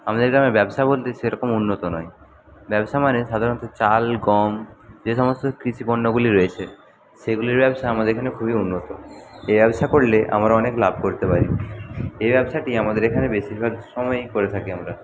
আমাদের গ্রামে ব্যবসা বলতে সেরকম উন্নত নয় ব্যবসা মানে সাধারণত চাল গম যে সমস্ত কৃষিপণ্যগুলি রয়েছে সেগুলির ব্যবসা আমাদের এখানে খুবই উন্নত এই ব্যবসা করলে আমরা অনেক লাব করতে পারি এই ব্যবসাটি আমাদের এখানে বেশিরভাগ সময়ই করে থাকি আমরা